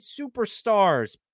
superstars